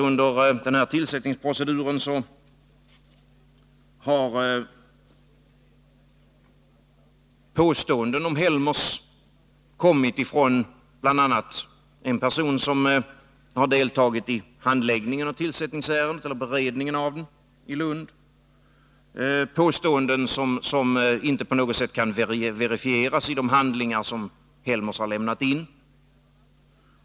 Under denna tillsättningsprocedur har det dessutom kommit påståenden om Helmers från bl.a. en person som i Lund har deltagit i beredningen av ärendet. Dessa påståenden kan inte på något sätt verifieras av de handlingar som Helmers har lämnat in.